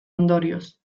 ondorioz